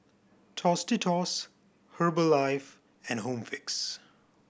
Tostitos Herbalife and Home Fix